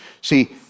See